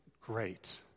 great